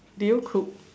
did you cook